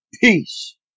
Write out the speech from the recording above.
peace